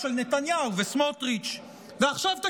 תלמידי החינוך הממלכתי-דתי מקבלים את